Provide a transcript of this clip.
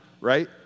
Right